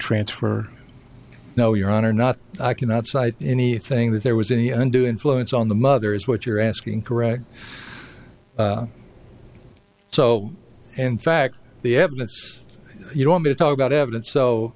transfer now you're on or not i cannot cite anything that there was any undue influence on the mother is what you're asking correct so in fact the evidence you want to talk about evidence so